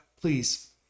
Please